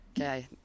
Okay